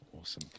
Awesome